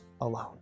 alone